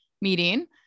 meeting